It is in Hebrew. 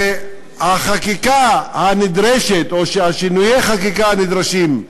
והחקיקה הנדרשת, או שינויי החקיקה הנדרשים,